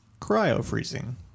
Cryo-freezing